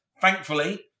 thankfully